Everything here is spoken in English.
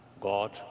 God